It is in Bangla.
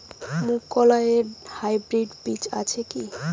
মুগকলাই এর হাইব্রিড বীজ আছে কি?